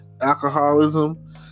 alcoholism